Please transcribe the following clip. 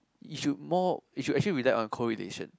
it should more it should actually rely on correlation